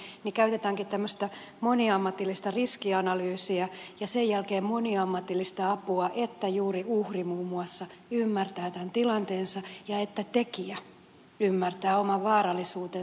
kun on lähisuhdeväkivaltatilanne käytetäänkin tämmöistä moniammatillista riskianalyysiä ja sen jälkeen moniammatillista apua että juuri uhri muun muassa ymmärtää tämän tilanteensa ja että tekijä ymmärtää oman vaarallisuutensa